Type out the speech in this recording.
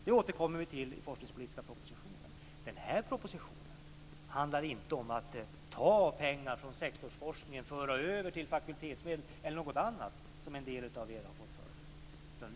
Det återkommer vi till i forskningspolitiska propositionen. Den här propositionen handlar inte om att ta pengar från sektorsforskningen, att föra över till fakultetsmedel eller något annat, som en del av er har fått för er.